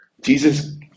Jesus